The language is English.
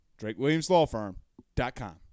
DrakeWilliamsLawFirm.com